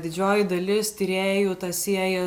didžioji dalis tyrėjų tą sieja